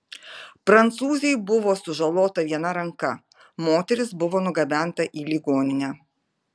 prancūzei buvo sužalota viena ranka moteris buvo nugabenta į ligoninę